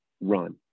run